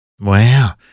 Wow